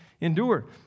endured